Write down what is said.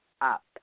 up